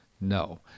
No